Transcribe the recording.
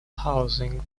housing